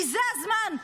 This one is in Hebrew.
כי זה הזמן.